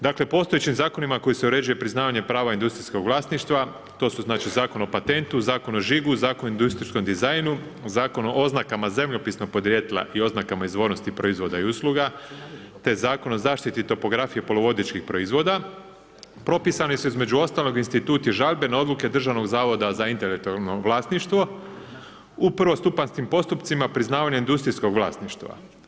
Dakle, postojećim zakonima kojima se uređuje priznavanje prava industrijskog vlasništva, to su Zakon o patentu, Zakon o žigu, Zakon o industrijskom dizajnu, Zakon o oznakama zemljopisnog podrijetla i oznaka izvornosti proizvoda i usluga te Zakon o zaštiti topografije poluvodičkih proizvoda, propisani su između ostalog instituti žalbe na odluke Državnog zavoda za intelektualno vlasništvo u prvostupanjskim postupcima priznavanje industrijskog vlasništva.